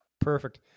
Perfect